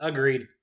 Agreed